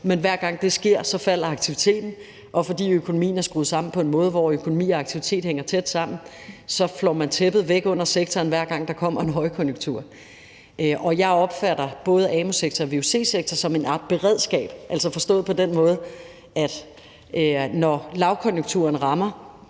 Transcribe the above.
men hver gang det sker, så falder aktiviteten. Og fordi økonomien er skruet sammen på en måde, hvor økonomi og aktivitet hænger tæt sammen, så flår man tæppet væk under sektoren, hver gang der kommer en højkonjunktur. Og jeg opfatter både amu-sektoren og vuc-sektoren som en art beredskab, altså forstået på den måde, at når lavkonjunkturen rammer,